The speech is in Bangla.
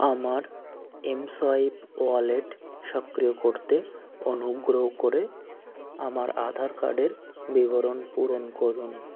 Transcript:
আমার এমসোয়াইপ ওয়ালেট সক্রিয় করতে অনুগ্রহ করে আমার আধার কার্ডের বিবরণ পূরণ করুন